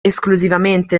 esclusivamente